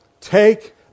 take